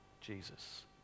jesus